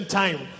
time